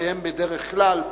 שבדרך כלל,